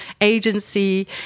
agency